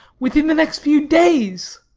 within the next few days.